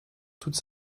toute